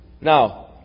Now